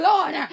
Lord